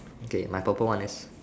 k my purple one is